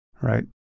right